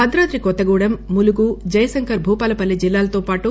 భద్రాద్రి కొత్తగూడెం ములుగు జయశంకర్ భూపాలపల్లి జిల్లాలతో పాటు